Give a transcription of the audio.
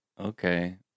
okay